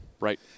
Right